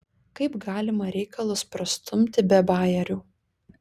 kaip galima reikalus prastumti be bajerių